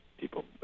people